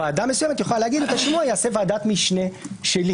ועדה מסוימת יכולה להגיד שאת השימוע תעשה ועדת משנה שלי.